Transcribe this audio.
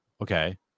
Okay